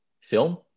film